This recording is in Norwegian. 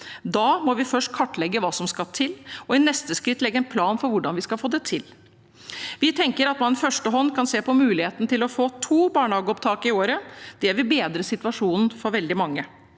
Da må vi først kartlegge hva som skal til, og i neste skritt legge en plan for hvordan vi skal få det til. Vi tenker at man i første hånd kan se på muligheten for å få to barnehageopptak i året. Det vil bedre situasjonen for veldig mange.